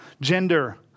gender